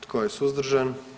Tko je suzdržan?